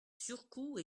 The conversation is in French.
surcoûts